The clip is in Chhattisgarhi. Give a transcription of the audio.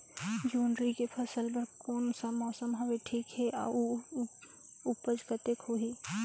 जोंदरी के फसल बर कोन सा मौसम हवे ठीक हे अउर ऊपज कतेक होही?